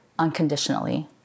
unconditionally